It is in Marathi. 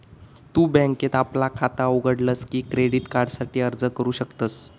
तु बँकेत आपला खाता उघडलस की क्रेडिट कार्डासाठी अर्ज करू शकतस